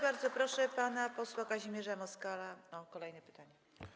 Bardzo proszę pana posła Kazimierza Moskala o kolejne pytanie.